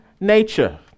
nature